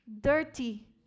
dirty